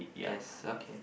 yes okay